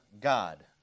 God